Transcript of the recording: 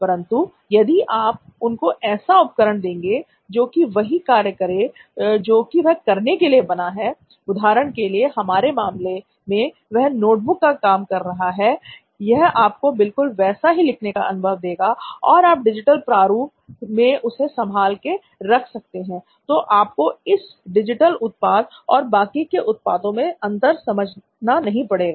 परंतु यदि आप उनको ऐसा उपकरण देंगे जो कि वही कार्य करें जो कि वह करने के लिए बना है उदाहरण के लिए हमारे मामले में यह नोट बुक का काम कर रहा है यह आपको बिल्कुल वैसा ही लिखने का अनुभव देगा और आप डिजिटल प्रारूप में उसे संभाल के रख सकते हैं तो आपको इस डिजिटल उत्पाद और बाकी के उत्पादों में अंतर समझाना नहीं पड़ेगा